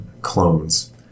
Clones